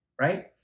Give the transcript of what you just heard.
right